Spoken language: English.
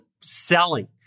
selling